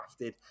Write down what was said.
crafted